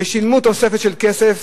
ושילמו תוספת של כסף,